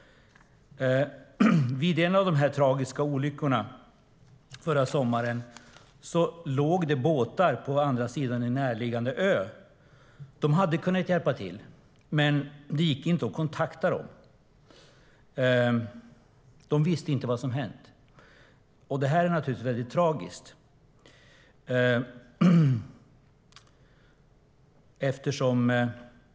Vid en av de tragiska olyckorna förra sommaren låg det båtar på andra sidan en närliggande ö. De hade kunnat hjälpa till, men det gick inte att kontakta dem. De visste inte vad som hade hänt. Det är naturligtvis tragiskt.